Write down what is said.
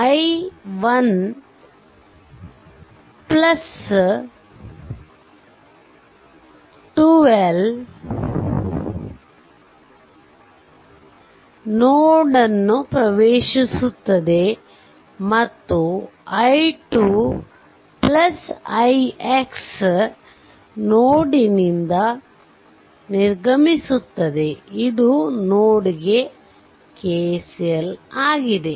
i1 12 ನೋಡ್ನ್ನು ಪ್ರವೇಶಿಸುತ್ತದೆ ಮತ್ತು i 2 ix ನೋಡ್ ನಿಂದ ನಿರ್ಗಮಿಸುತ್ತದೆ ಇದು ನೋಡ್ ಗೆ KCL ಆಗಿದೆ